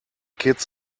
kids